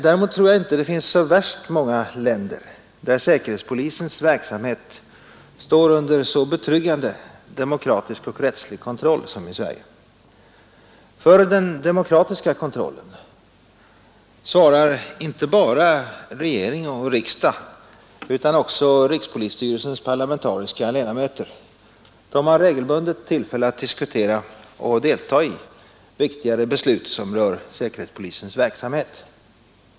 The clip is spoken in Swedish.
Däremot tror jag inte det finns så värst många länder där säkerhetspolisens verksamhet står under så betryggande demokratisk och rättslig kontroll som i Sverige. För den demokratiska kontrollen svarar inte bara regering och riksdag utan också rikspolisstyrelsens parlamentariska ledamöter. De har regelbundet tillfälle att diskutera och delta i viktigare beslut som rör säkerhetspolisens verksamhet.